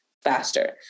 faster